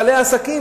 בעלי עסקים,